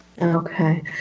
Okay